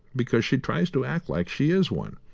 because she tries to act like she is one.